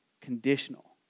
conditional